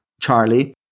charlie